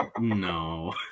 No